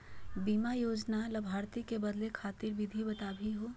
बीमा योजना के लाभार्थी क बदले खातिर विधि बताही हो?